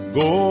go